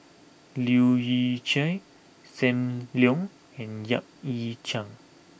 Leu Yew Chye Sam Leong and Yap Ee Chian